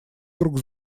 друг